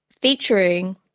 featuring